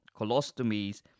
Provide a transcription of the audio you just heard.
colostomies